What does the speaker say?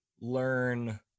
learn